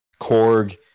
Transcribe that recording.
Korg